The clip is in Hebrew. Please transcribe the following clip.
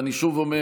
אני שוב אומר,